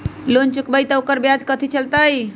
Loan चुकबई त ओकर ब्याज कथि चलतई?